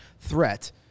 threat